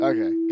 Okay